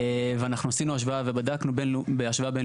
ואנחנו עשינו השוואה ובדקנו בהשוואה בין